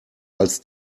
als